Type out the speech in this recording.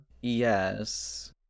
Yes